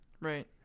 Right